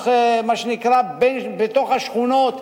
בתוך השכונות,